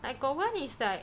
like got one is like